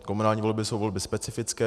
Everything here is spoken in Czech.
Komunální volby jsou volby specifické.